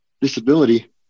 disability